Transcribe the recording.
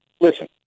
Listen